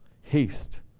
haste